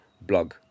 blog